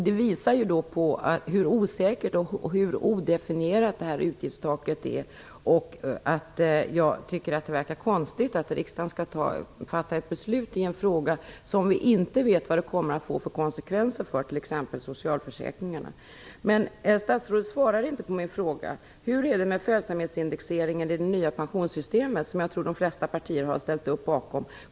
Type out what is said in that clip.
Det visar hur osäkert och odefinierat utgiftstaket är, och jag tycker att det verkar konstigt att riksdagen skall fatta beslut i en fråga vars konsekvenser för t.ex. socialförsäkringarna vi inte känner till. Statsrådet svarar inte på min fråga. Hur är det med följsamhetsindexeringen i det nya pensionssystemet, som jag tror de flesta partier har ställt upp bakom?